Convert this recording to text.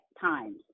times